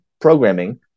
programming